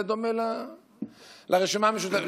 זה דומה לרשימה המשותפת.